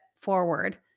forward